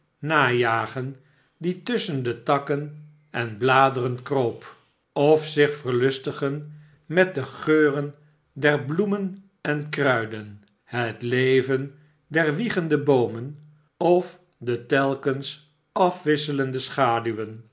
najagen die tusschen de takken en bladeren kroop of zich verlustigen met de geuren der bloemen en kruiden het leven der wiegende boomen of de telkens afwisselende schaduwen